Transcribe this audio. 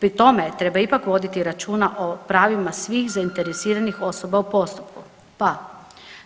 Pri tome treba ipak voditi računa o pravima svih zainteresiranih osoba u postupku pa